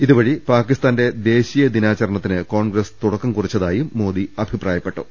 ഇതുവഴി പാക്കിസ്ഥാന്റെ ദേശീയ ദിനാചരണത്തിന് കോൺഗ്രസ് തുടക്കം കുറിച്ചതായും മോദി അഭിപ്രായപ്പെട്ടു